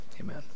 amen